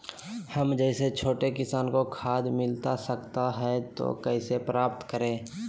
हम जैसे छोटे किसान को खाद मिलता सकता है तो कैसे प्राप्त करें?